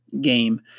game